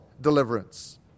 deliverance